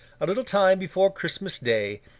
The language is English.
a little time before christmas day,